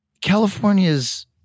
California's